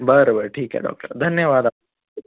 बरं बरं ठीक आहे डॉक्टर धन्यवाद आप